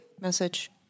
message